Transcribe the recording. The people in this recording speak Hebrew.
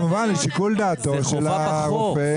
כמובן לשיקול דעתו של הרופא.